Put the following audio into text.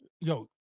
yo